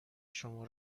شما